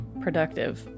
productive